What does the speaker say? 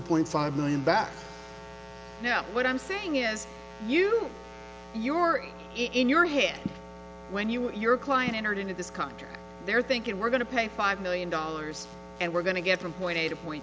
point five million back now what i'm saying is you you were in your head when you and your client entered into this country they're thinking we're going to pay five million dollars and we're going to get from point a to point